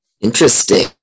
interesting